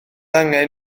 angen